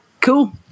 cool